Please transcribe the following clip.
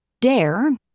DARE